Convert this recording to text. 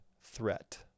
threat